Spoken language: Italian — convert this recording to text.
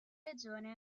regione